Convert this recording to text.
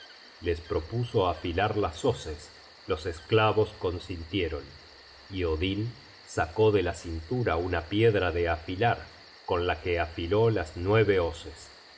les propuso afilar las hoces los esclavos consintieron y odin sacó de la cintura una piedra de afilar con la que afiló las nueve hoces los